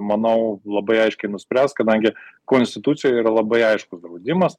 manau labai aiškiai nuspręs kadangi konstitucijoje yra labai aiškus draudimas